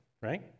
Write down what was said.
right